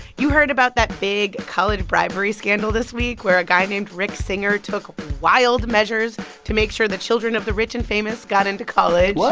you heard about that big college bribery scandal this week where a guy named rick singer took wild measures to make sure the children of the rich and famous got into college what?